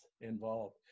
involved